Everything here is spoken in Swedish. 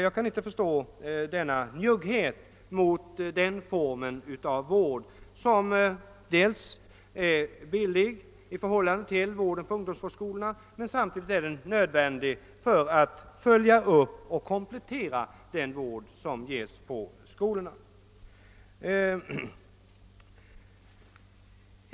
Jag kan inte förstå denna njugghet mot den formen av vård, som dels är billig i förhållande till vården på ungdomsskolorna, dels är nödvändig för att följa upp och komplettera den vård som ges på skolorna.